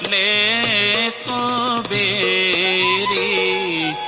a a